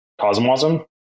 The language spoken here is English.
Cosmosm